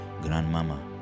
grandmama